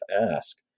ask